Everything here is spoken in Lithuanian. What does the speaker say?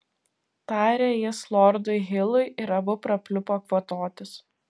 tarė jis lordui hilui ir abu prapliupo kvatotis